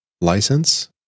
license